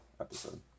episode